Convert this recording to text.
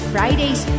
Fridays